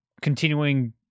continuing